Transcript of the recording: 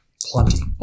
Plenty